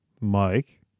Mike